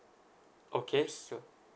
okay so